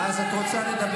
אנא.